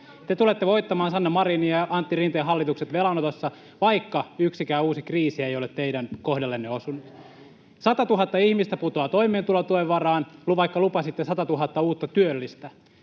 Te tulette voittamaan Sanna Marinin ja Antti Rinteen hallitukset velanotossa, vaikka yksikään uusi kriisi ei ole teidän kohdallenne osunut. [Ben Zyskowicz: Ai jaa!] 100 000 ihmistä putoaa toimeentulotuen varaan, vaikka lupasitte 100 000 uutta työllistä.